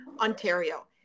Ontario